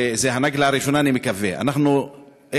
אני מקווה שזאת הנאגלה הראשונה.